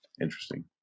Interesting